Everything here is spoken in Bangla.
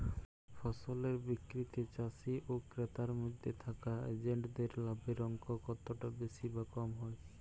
ফসলের বিক্রিতে চাষী ও ক্রেতার মধ্যে থাকা এজেন্টদের লাভের অঙ্ক কতটা বেশি বা কম হয়?